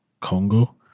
Congo